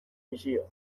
misio